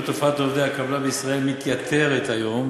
תופעת עובדי הקבלן בישראל מתייתרת היום,